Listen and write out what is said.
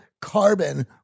Carbon